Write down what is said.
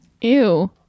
Ew